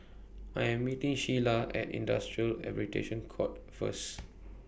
I Am meeting Sheilah At Industrial Arbitration Court First